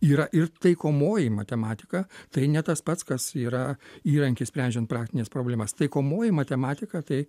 yra ir taikomoji matematika tai ne tas pats kas yra įrankis sprendžiant praktines problemas taikomoji matematika tai